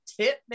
tip